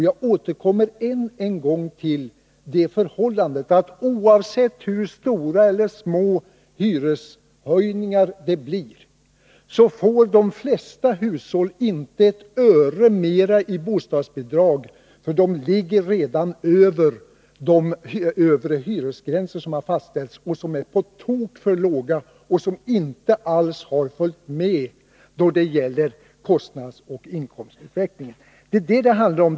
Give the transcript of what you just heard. Jag återkommer än en gång till det förhållandet, att oavsett hur stora eller små hyreshöjningar det blir så får de flesta hushåll inte ett öre mer i bostadsbidrag, därför att de redan ligger över de övre hyresgränser som har fastställts — och som är på tok för låga och inte alls har följt med då det gäller kostnadsoch inkomstutvecklingen. Det är det som det handlar om.